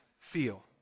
feel